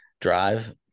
drive